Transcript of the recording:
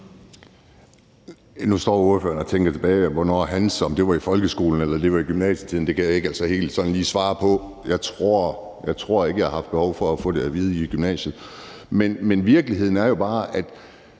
Nu står ordføreren her og tænker tilbage på, hvornår hans var – om det var i folkeskolen, eller det var i gymnasietiden. Det kan jeg altså ikke sådan helt lige svare på. Men jeg tror ikke, jeg havde haft behov for at få det at vide i gymnasiet. Men virkeligheden er jo bare, at